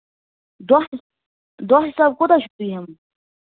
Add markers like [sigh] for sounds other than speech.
دۄہ [unintelligible] دۄہ حِسابہٕ کوٗتاہ چھِو تُہۍ ہٮ۪وان